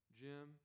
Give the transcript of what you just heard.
jim